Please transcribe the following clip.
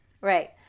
right